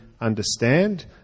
understand